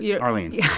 Arlene